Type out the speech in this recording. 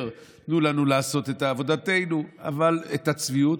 תודה רבה, חבר הכנסת גדי יברקן.